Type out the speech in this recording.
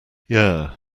yeah